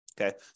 Okay